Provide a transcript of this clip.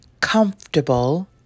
comfortable